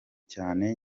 cyane